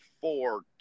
four